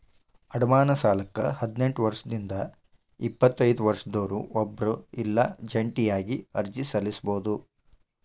ಅಡಮಾನ ಸಾಲಕ್ಕ ಹದಿನೆಂಟ್ ವರ್ಷದಿಂದ ಎಪ್ಪತೈದ ವರ್ಷದೊರ ಒಬ್ರ ಇಲ್ಲಾ ಜಂಟಿಯಾಗಿ ಅರ್ಜಿ ಸಲ್ಲಸಬೋದು